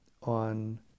on